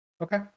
okay